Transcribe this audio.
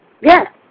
Yes